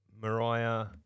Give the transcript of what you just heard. Mariah